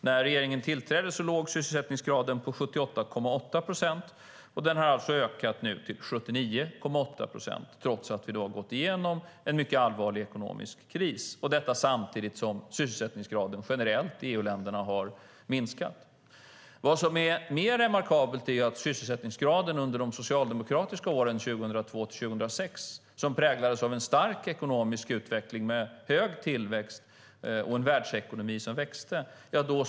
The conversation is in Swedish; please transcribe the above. När regeringen tillträdde låg sysselsättningsgraden på 78,8 procent, och nu har den alltså ökat till 79,8 procent trots att vi har gått igenom en mycket allvarlig ekonomisk kris. Samtidigt har sysselsättningsgraden minskat generellt i EU-länderna. Vad som är mer remarkabelt är att sysselsättningsgraden stod still under de socialdemokratiska åren 2002-2006, som präglades av stark ekonomisk utveckling med hög tillväxt och en världsekonomi som växte.